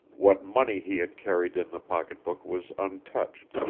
what money he had carried in the pocketbook was untouched,